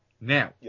now